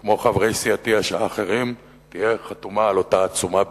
כמו חברי סיעתי האחרים, תהיה על אותה עצומה בדיוק.